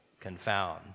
confound